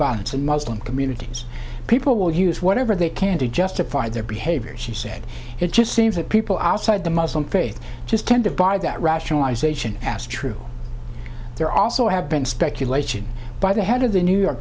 violence and muslim communities people will use whatever they can to justify their behaviors she said it just seems that people outside the muslim faith just tend to buy that rationalization ass true there also have been speculation by the head of the new york